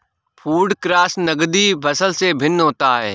food crops नगदी फसल से भिन्न होता है